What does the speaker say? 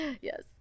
Yes